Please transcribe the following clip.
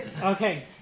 okay